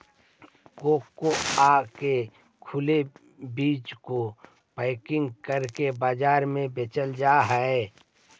cocoa के सूखे बीज को पैकेजिंग करके बाजार में बेचल जा हई